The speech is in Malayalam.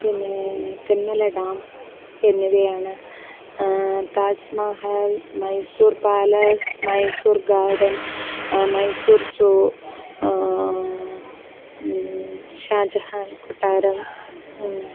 പിന്നേ തെന്മല ഡാം എന്നിവയാണ് Taj Mahal Mysore palace Mysore garden Mysore zoo Shah Jahan കൊട്ടാരം